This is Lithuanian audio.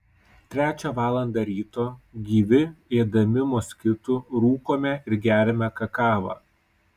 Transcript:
trečią valandą ryto gyvi ėdami moskitų rūkome ir geriame kakavą